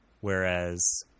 Whereas